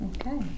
Okay